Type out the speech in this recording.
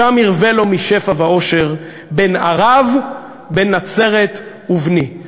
"שם ירווה לו משפע ואושר/ בן ערב בן נצרת ובני".